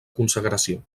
consagració